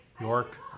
York